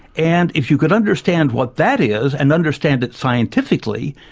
and if you could understand what that is, and understand it scientifically,